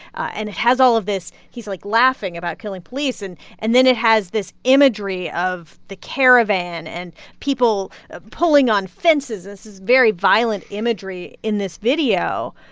and it has all of this he's, like, laughing about killing police. and and then it has this imagery of the caravan and people pulling on fences. this is very violent imagery in this video.